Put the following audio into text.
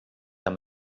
amb